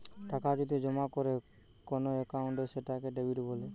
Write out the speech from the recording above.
টাকা যদি জমা করে কোন একাউন্টে সেটাকে ডেবিট বলে